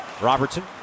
Robertson